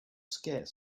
scarce